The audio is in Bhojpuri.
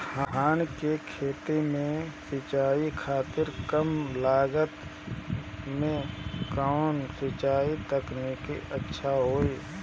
धान के खेती में सिंचाई खातिर कम लागत में कउन सिंचाई तकनीक अच्छा होई?